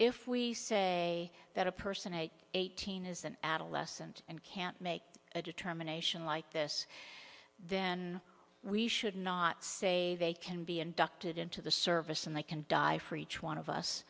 if we say that a person a eighteen is an adolescent and can't make a determination like this then we should not say they can be inducted into the service and they can die for each one of us